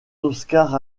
oscars